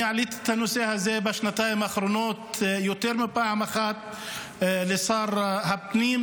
אני העליתי את הנושא הזה בשנתיים האחרונות יותר מפעם אחת לשר הפנים,